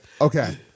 Okay